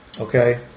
Okay